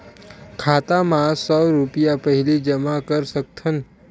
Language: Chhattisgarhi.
खाता मा सौ रुपिया पहिली जमा कर सकथन?